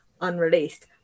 unreleased